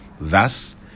thus